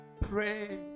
Pray